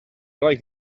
like